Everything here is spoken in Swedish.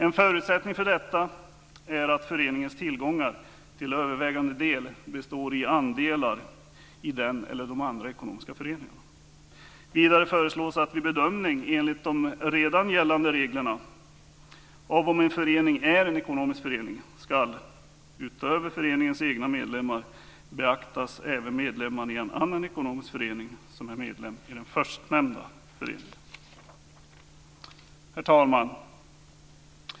En förutsättning för detta är att föreningens tillgångar till övervägande del består av andelar i den eller de andra ekonomiska föreningarna. Vidare föreslås att vid bedömning enligt de redan gällande reglerna av om en förening är ekonomisk förening ska, utöver föreningens egna medlemmar, beaktas även medlemmarna i en annan ekonomisk förening, som är medlem i den förstnämnda föreningen. Herr talman!